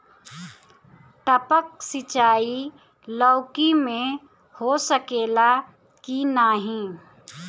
टपक सिंचाई लौकी में हो सकेला की नाही?